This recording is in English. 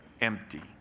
Empty